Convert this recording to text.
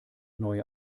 neue